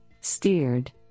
Steered